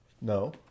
no